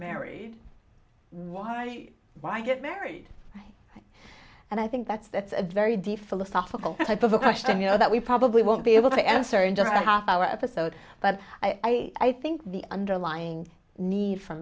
married why why get married and i think that's that's a very deep philosophical type of a question you know that we probably won't be able to answer in just a half hour episode but i think the underlying need f